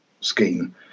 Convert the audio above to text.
scheme